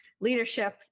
leadership